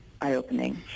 eye-opening